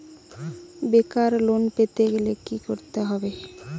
বেকার লোন পেতে গেলে কি করতে হবে?